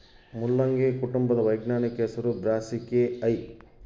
ಮುಲ್ಲಂಗಿ ಕುಟುಂಬದ ವೈಜ್ಞಾನಿಕ ಹೆಸರು ಬ್ರಾಸಿಕೆಐ